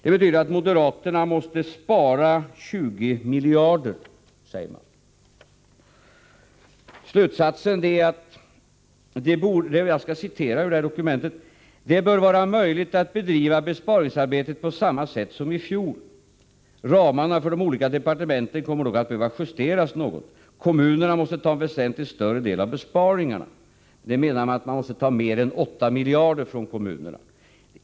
Det betyder att moderaterna måste spara 20 miljarder, säger man. Som slutsats anger man: ”Det bör vara möjligt att bedriva besparingsarbetet på samma sätt som i fjol. Ramarna för de olika departementen kommer dock att behöva justeras något. Kommunerna måste ta en väsentligt större del av besparingarna.” Med detta menar man att man måste ta mer än 8 miljarder från kommunerna.